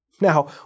Now